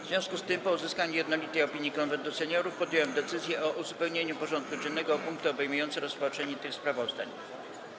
W związku z tym, po uzyskaniu jednolitej opinii Konwentu Seniorów, podjąłem decyzję o uzupełnieniu porządku dziennego o punkty obejmujące rozpatrzenie tych sprawozdań.